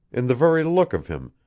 in the very look of him,